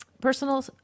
Personal